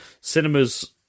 cinema's